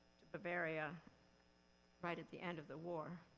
bavaria right at the end of the war.